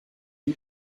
dit